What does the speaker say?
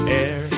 air